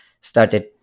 started